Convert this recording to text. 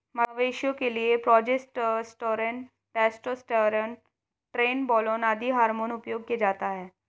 मवेशियों के लिए प्रोजेस्टेरोन, टेस्टोस्टेरोन, ट्रेनबोलोन आदि हार्मोन उपयोग किया जाता है